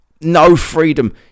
no-freedom